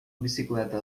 bicicleta